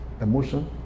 emotion